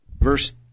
verse